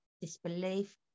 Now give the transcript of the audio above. disbelief